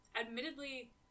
admittedly